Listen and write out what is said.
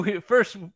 first